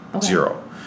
Zero